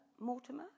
Mortimer